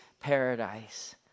paradise